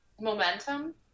momentum